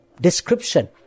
description